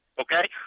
Okay